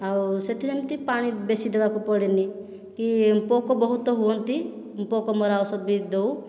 ଆଉ ସେଥିରେ ଏମିତି ପାଣି ବେଶି ଦେବାକୁ ପଡ଼େନାହିଁ କି ପୋକ ବହୁତ ହୁଅନ୍ତି ପୋକ ମରା ଔଷଧ ବି ଦେଉ